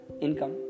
income